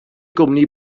gwmni